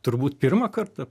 turbūt pirmą kartą